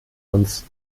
uns